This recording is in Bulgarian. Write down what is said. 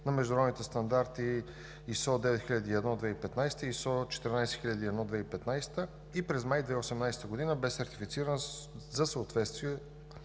на международните стандарти ISO 9001:2015 г. и ISO 14001:2015 г. През май 2018 г. бе сертифицирано за съответствие